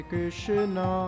Krishna